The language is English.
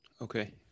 okay